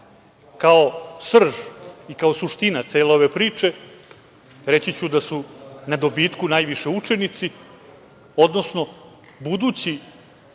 Kao srž i kao suština cele ove priče, reći ću da su na dobitku najviše učenici, odnosno budući